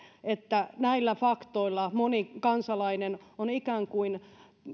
että näillä faktoilla moni kansalainen on ikään kuin